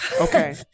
Okay